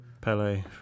Pele